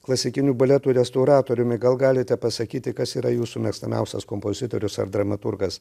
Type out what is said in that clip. klasikinių baletų restauratoriumi gal galite pasakyti kas yra jūsų mėgstamiausias kompozitorius ar dramaturgas